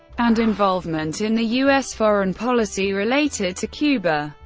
and involvement in u s. foreign policy related to cuba.